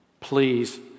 Please